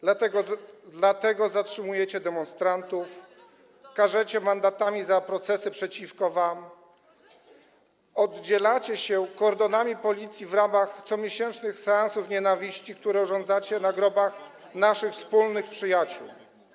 Dlatego zatrzymujecie demonstrantów, karzecie mandatami za protesty przeciwko wam, oddzielacie się kordonami policji w ramach comiesięcznych seansów nienawiści, które urządzacie na grobach naszych wspólnych przyjaciół.